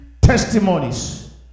testimonies